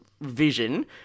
vision